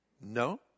No